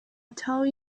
told